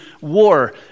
war